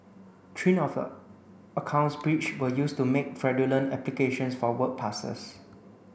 three of the accounts breached were used to make fraudulent applications for work passes